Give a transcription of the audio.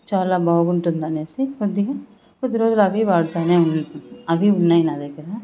చాలా బాగుంటుంది అనేసి కొద్దిగా పది రోజులు అవి వాడుతునే వుం అవీ ఉన్నాయి నాదగ్గర